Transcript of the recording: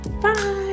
bye